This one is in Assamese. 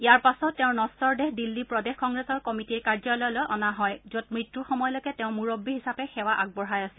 ইয়াৰ পাছত তেওঁৰ নশ্বৰ দেহ দিল্লী প্ৰদেশ কংগ্ৰেছ কমিটিৰ কাৰ্যালয়লৈ অনা হয় যত মৃত্যুৰ সময়লৈকে তেওঁ মুৰববী হিচাপে সেৱা আগবঢ়াই আছিল